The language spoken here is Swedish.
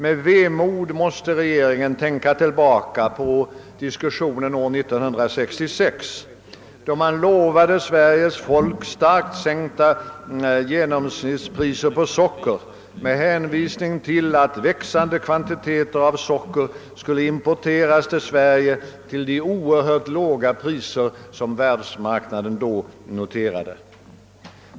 Med vemod måste regeringen tänka tillbaka på diskussionen år 1966, då man lovade Sveriges folk starkt sänkta genomsnittspriser på socker med hänvisning till att växande kvantiteter socker skulle importeras till Sverige till de oerhört låga priser som då noterades på världsmarknaden.